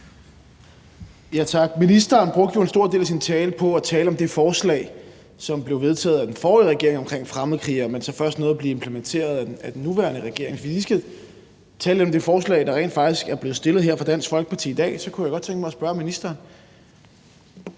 Ja, tak. Ministeren brugte jo en stor del af sin taletid på at tale om det forslag om fremmedkrigere, som blev vedtaget af den forrige regering, men som så først nåede at blive implementeret af den nuværende regering. Hvis vi lige skal tale lidt om det forslag, der rent faktisk er fremsat af Dansk Folkeparti, så kunne jeg godt tænke mig at spørge ministeren: